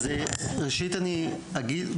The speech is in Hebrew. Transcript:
אז ראשית אני אגיד,